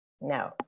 no